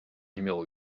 numéro